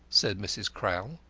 said mrs. crowl.